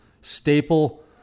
staple